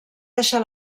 deixar